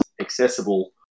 accessible